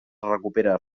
recupera